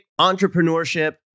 entrepreneurship